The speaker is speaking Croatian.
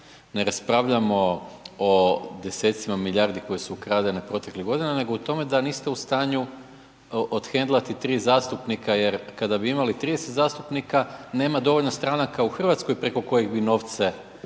ne raspravljamo o desecima milijarde koje su ukradene proteklih godina, nego o tome, da niste u stanju othendlati 3 zastupnika, jer kada bi imali 30 zastupnika, nema dovoljno stranaka u Hrvatskoj, preko koje bi novce dobivali,